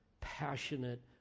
passionate